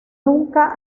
nunca